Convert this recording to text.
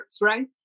right